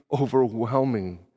overwhelming